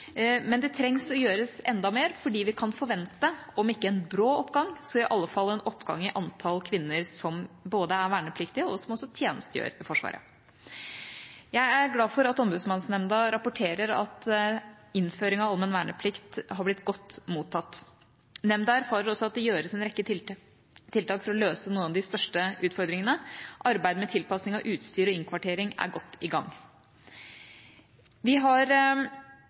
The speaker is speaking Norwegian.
men det trengs å gjøres enda mer, fordi vi kan forvente, om ikke en brå oppgang, så i alle fall en oppgang i antall kvinner som både er vernepliktige, og som også tjenestegjør i Forsvaret. Jeg er glad for at Ombudsmannsnemnda rapporterer at innføring av allmenn verneplikt har blitt godt mottatt. Nemnda erfarer også at det gjøres en rekke tiltak for å løse noen av de største utfordringene. Arbeidet med tilpasning av utstyr og innkvartering er godt i gang. Vi har